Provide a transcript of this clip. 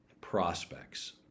prospects